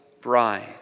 bride